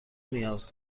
نیاز